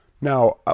Now